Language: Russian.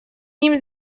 ними